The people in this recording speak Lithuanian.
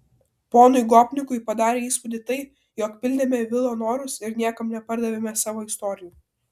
ponui gopnikui padarė įspūdį tai jog pildėme vilo norus ir niekam nepardavėme savo istorijų